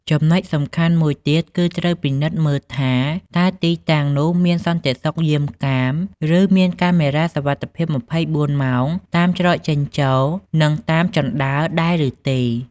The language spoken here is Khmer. ចំណុចសំខាន់មួយទៀត គឺត្រូវពិនិត្យមើលថា តើទីតាំងនោះមានសន្តិសុខយាមកាម ឬមានកាមេរ៉ាសុវត្ថិភាព ២៤ម៉ោង តាមច្រកចេញចូល និងតាមជណ្តើរដែរឬទេ។